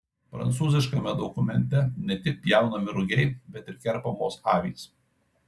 prancūziškame dokumente ne tik pjaunami rugiai bet ir kerpamos avys